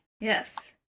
Yes